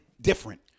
different